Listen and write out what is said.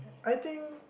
I think